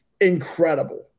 incredible